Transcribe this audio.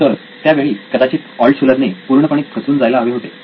तर त्यावेळी कदाचित ऑल्टशुलर ने पूर्णपणे खचून जायला हवे होते